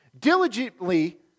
Diligently